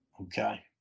Okay